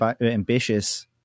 ambitious